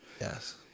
Yes